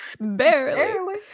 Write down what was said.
barely